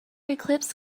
eclipse